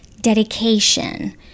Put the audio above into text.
dedication